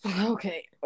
Okay